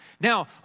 Now